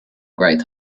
great